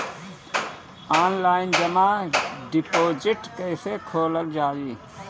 Online जमा deposit कैसे खोलल जाइ?